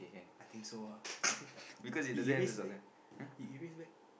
I think so ah you erase back you erase back